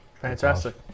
Fantastic